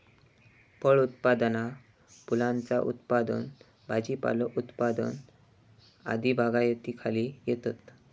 फळ उत्पादना फुलांचा उत्पादन भाजीपालो उत्पादन आदी बागायतीखाली येतत